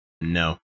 No